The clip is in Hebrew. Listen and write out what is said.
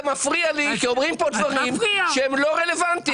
זה מפריע לי כי אומרים פה דברים שהם לא רלוונטיים.